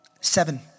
Seven